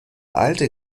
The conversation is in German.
alte